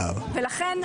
ולכן,